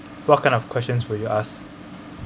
what kind of questions will you ask